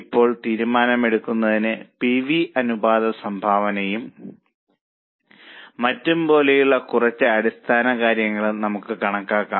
ഇപ്പോൾ തീരുമാനമെടുക്കുന്നതിന് P V അനുപാത സംഭാവനയും മറ്റും പോലുള്ള കുറച്ച് അടിസ്ഥാന കാര്യങ്ങളും നമുക്ക് കണക്കാക്കാം